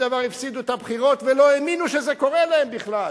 דבר הפסידו בבחירות ולא האמינו שזה קורה להם בכלל,